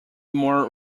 more